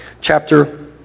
chapter